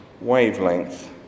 wavelength